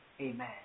amen